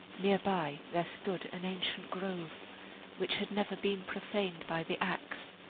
near by there stood an ancient grove which had never been profaned by the axe,